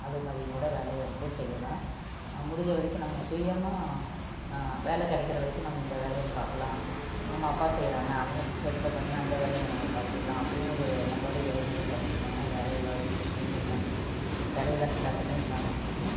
அதுமாதிரியும் கூட வேலை எடுத்து செய்யலாம் முடிஞ்சவரைக்கும் நம்ம சுயமாக வேலை கிடைக்கிற வரைக்கும் நம்ம இந்த வேலைகளை பார்க்கலாம் நம்ம அப்பா செய்கிறாங்க அவங்களுக்கு ஹெல்ப்பை பண்ணி அந்த வேலைகளை நம்ம பார்த்துக்கலாம் அப்படிங்கிற ஒரு எண்ணத்தோடய இளைஞர்கள் பண்ணிகிட்ருந்தாங்கன்னா வேலை வாய்ப்பு பிரச்சனையே இல்லாமல் இருக்கும் வேலையில்லா திண்டாட்டமே இல்லாமல் இருக்கும்